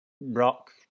rock